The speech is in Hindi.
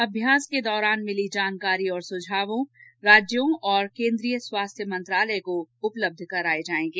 अभ्यास के दौरान मिली जानकारी और सुझाव राज्यों और केन्द्रीय स्वास्थ्य मंत्रालय को उपलब्ध कराये जायेंगे